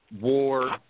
War